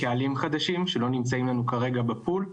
נמצאים לנו כרגע בפול,